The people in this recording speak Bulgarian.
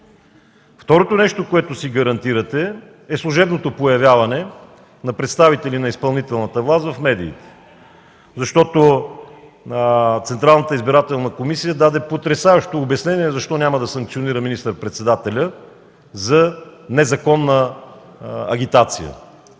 Второто нещо, което си гарантирате, е служебното появяване на представители на изпълнителната власт в медиите, защото Централната избирателна комисия даде потресаващо обяснение защо няма да санкционира министър-председателя за незаконна агитация.